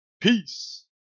Peace